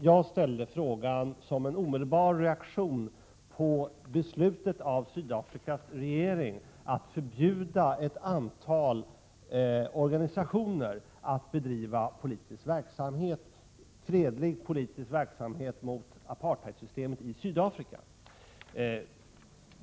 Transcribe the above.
Jag ställde frågan som en omedelbar reaktion på beslutet av Sydafrikas regering att förbjuda ett antal organisationer att bedriva fredlig politisk verksamhet mot apartheidsystemet i Sydafrika.